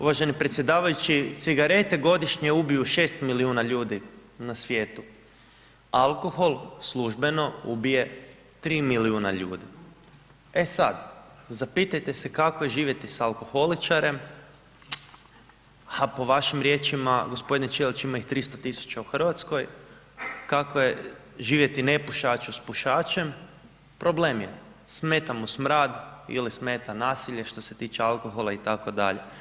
Uvaženi predsjedavajući cigarete godišnje ubiju 6 miliona ljudi na svijetu, alkohol službeno ubije 3 miliona ljudi, e sad zapitajte se kako je živjeti s alkoholičarem, a po vašim riječima gospodine Ćelić ima ih 300.000 u Hrvatskoj kako je živjeti nepušaču s pušačem, problem je, smeta mu smrad ili smete nasilje što se tiče alkohola itd.